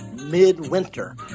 midwinter